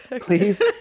please